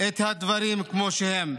את הדברים כמו שהם.